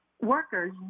workers